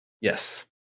Yes